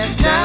Now